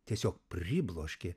tiesiog pribloškė